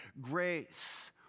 grace